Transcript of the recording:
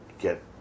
get